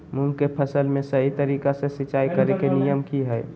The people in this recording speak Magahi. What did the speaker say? मूंग के फसल में सही तरीका से सिंचाई करें के नियम की हय?